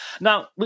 Now